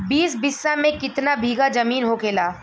बीस बिस्सा में कितना बिघा जमीन होखेला?